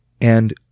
And-